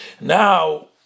Now